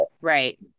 Right